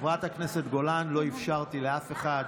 חברת הכנסת גולן, לא אפשרתי לאף אחד.